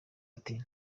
ati